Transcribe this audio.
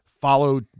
Follow